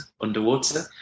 underwater